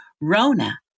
Rona